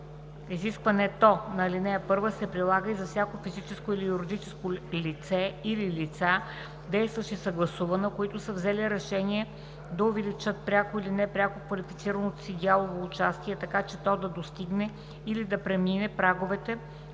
Изискването на ал. 1 се прилага и за всяко физическо или юридическо лице или лица, действащи съгласувано, които са взели решение да увеличат пряко или непряко квалифицираното си дялово участие, така че то да достигне или да премине праговете